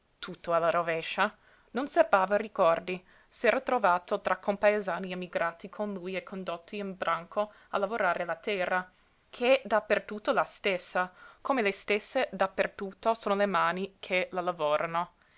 alla rovescia non serbava ricordi s'era trovato tra compaesani emigrati con lui e condotti in branco a lavorare la terra ch'è da per tutto la stessa come le stesse da per tutto sono le mani che la lavorano